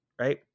right